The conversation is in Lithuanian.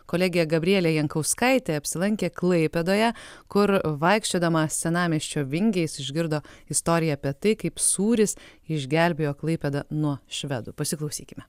kolegė gabrielė jankauskaitė apsilankė klaipėdoje kur vaikščiodama senamiesčio vingiais išgirdo istoriją apie tai kaip sūris išgelbėjo klaipėdą nuo švedų pasiklausykime